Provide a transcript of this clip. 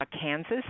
Kansas